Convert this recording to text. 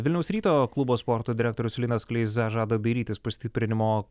vilniaus ryto klubo sporto direktorius linas kleiza žada dairytis pastiprinimo